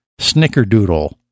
snickerdoodle